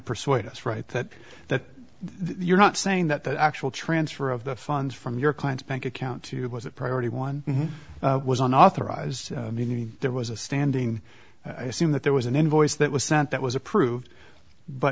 persuade us right that that you're not saying that the actual transfer of the funds from your client's bank account to was a priority one was unauthorized meaning there was a standing i assume that there was an invoice that was sent that was approved b